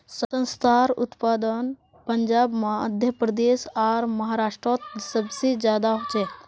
संत्रार उत्पादन पंजाब मध्य प्रदेश आर महाराष्टरोत सबसे ज्यादा होचे